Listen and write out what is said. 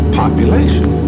population